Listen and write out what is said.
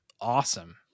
awesome